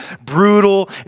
brutal